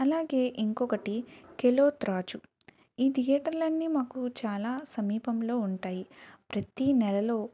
అలాగే ఇంకొకటి కెలోత్రాచు ఈ థియేటర్లన్నీ మాకు చాలా సమీపంలో ఉంటాయి ప్రతీ నెలలో